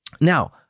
Now